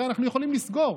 הרי אנחנו יכולים לסגור,